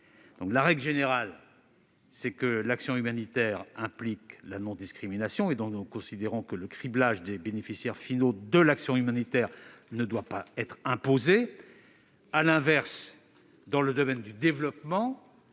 La règle générale, c'est que l'action humanitaire implique la non-discrimination, raison pour laquelle nous considérons que le criblage des bénéficiaires finaux de l'action humanitaire ne doit pas être imposé. À l'inverse, dans le domaine du développement,